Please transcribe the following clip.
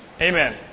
Amen